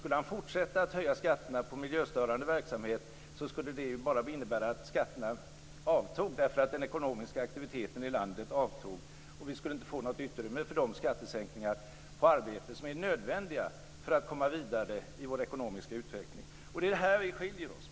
Skulle han fortsätta att höja skatterna på miljöstörande verksamhet skulle det bara innebära att skatterna avtog därför att den ekonomiska aktiviteten i landet avtog och vi skulle inte få något utrymme för de skattesänkningar på arbete som är nödvändiga för att komma vidare i vår ekonomiska utveckling. Det är här vi skiljer oss.